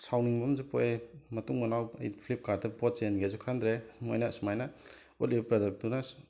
ꯁꯥꯎꯅꯤꯡꯕ ꯑꯝꯁꯨ ꯄꯣꯛꯑꯦ ꯃꯇꯨꯡ ꯃꯅꯥꯎ ꯑꯩ ꯐ꯭ꯂꯤꯞꯀꯥꯔꯠꯇ ꯄꯣꯠ ꯆꯦꯟꯒꯦꯁꯨ ꯈꯟꯗꯔꯦ ꯃꯣꯏꯅ ꯑꯁꯨꯃꯥꯏꯅ ꯎꯠꯂꯤꯕ ꯄ꯭ꯔꯗꯛꯇꯨꯅ